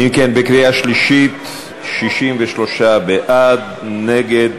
אם כן, בקריאה שלישית, 63 בעד, נגד,